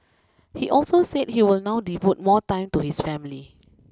he also said he will now devote more time to his family